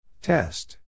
Test